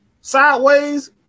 sideways